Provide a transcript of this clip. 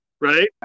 right